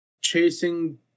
chasing